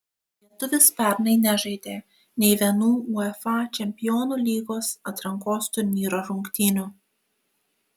lietuvis pernai nežaidė nė vienų uefa čempionų lygos atrankos turnyro rungtynių